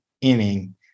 inning